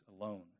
alone